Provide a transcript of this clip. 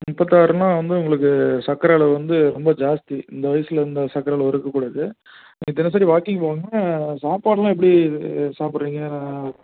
முப்பத்தாறுனால் வந்து உங்களுக்கு சர்க்கரை அளவு வந்து ரொம்ப ஜாஸ்தி இந்த வயசில் இந்த சர்க்கர அளவு இருக்கக்கூடாது நீங்கள் தினசரி வாக்கிங் போங்க சாப்பாட்டெலாம் எப்படி சாப்பிட்றீங்க